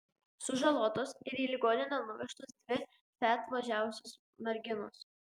sužalotos ir į ligoninę nuvežtos dvi fiat važiavusios merginos